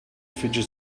fidget